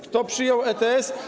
Kto przyjął ETS?